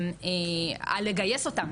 לגייס אותם,